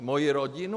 Moji rodinu?